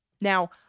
Now